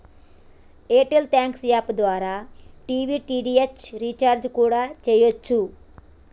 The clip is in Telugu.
ఎయిర్ టెల్ థ్యాంక్స్ యాప్ ద్వారా టీవీ డీ.టి.హెచ్ రీచార్జి కూడా చెయ్యచ్చు